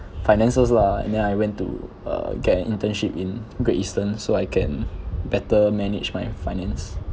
finances lah and then I went to uh get an internship in Great Eastern so I can better manage my finance